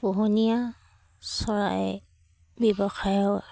পোহনীয়া চৰাই ব্যৱসায়ৰ